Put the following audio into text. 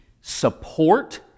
support